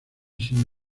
sin